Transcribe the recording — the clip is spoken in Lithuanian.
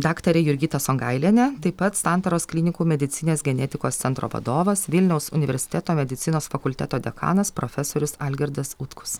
daktarė jurgita songailienė taip pat santaros klinikų medicininės genetikos centro vadovas vilniaus universiteto medicinos fakulteto dekanas profesorius algirdas utkus